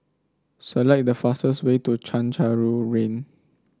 select the fastest way to Chencharu Lane